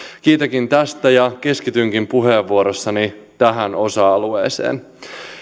kiitänkin tästä ja keskitynkin puheenvuorossani tähän osa alueeseen